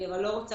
אני לא רוצה